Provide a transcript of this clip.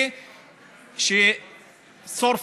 הוא יודע שהוא יודע מתי הוא נכנס,